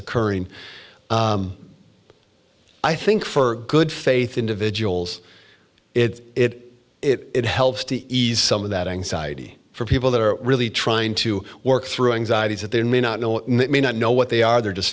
occurring i think for good faith individuals it it helps to ease some of that anxiety for people that are really trying to work through anxieties that they may not know it may not know what they are they're just